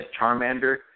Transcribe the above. Charmander